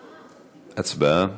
הצבעה.